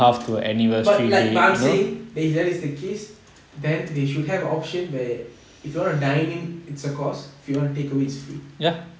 but like but I'm saying if that is the case then they should have a option where if you want to dine in it's a cost if you want to takeaway it's free